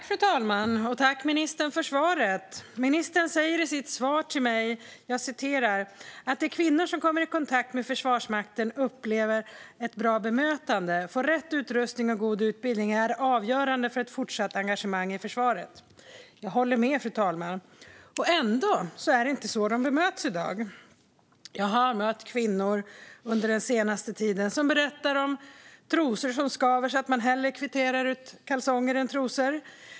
Fru talman! Jag tackar ministern för svaret. Ministern säger följande i sitt svar till mig: "Att de kvinnor som kommer i kontakt med Försvarsmakten upplever ett bra bemötande och får rätt utrustning och god utbildning är avgörande för ett fortsatt engagemang i försvaret." Jag håller med, fru talman. Ändå är det inte så de bemöts i dag. Jag har den senaste tiden mött kvinnor som berättar om trosor som skaver så att man hellre kvitterar ut kalsonger än trosor.